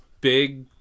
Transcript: big